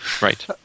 Right